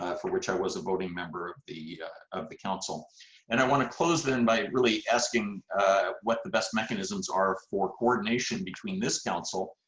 for which i was a voting member of the of the council and i want to close then by really asking what the best mechanisms are for coordination between this council,